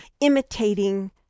imitating